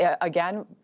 Again